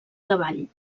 cavall